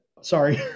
Sorry